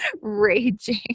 raging